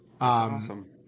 awesome